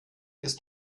ist